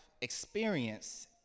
experience